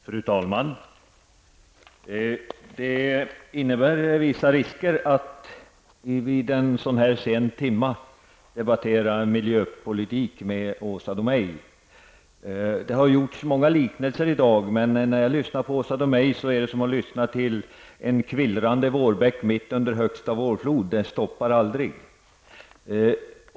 Fru talman! Det innebär vissa risker att vid denna sena timme debattera miljöpolitik med Åsa Domeij. Det har gjorts många liknelser i dag, men när jag lyssnar på Åsa Domeij tycker jag att det är som att lyssna till en kvillrande vårbäck mitt under högsta vårflod -- den stoppar aldrig.